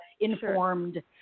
informed